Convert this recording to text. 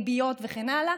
ריביות וכן הלאה,